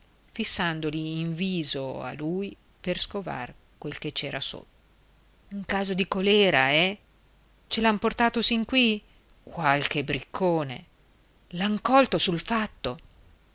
curiosi fissandoli in viso a lui per scovar quel che c'era sotto un caso di colèra eh ce l'han portato sin qui qualche briccone l'han colto sul fatto